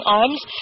arms